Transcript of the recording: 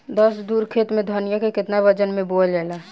दस धुर खेत में धनिया के केतना वजन मे बोवल जाला?